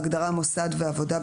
(א) בהגדרה ""מוסד" ו"עבודה"",